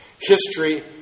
History